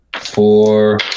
Four